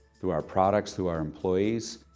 through our products, through our employees.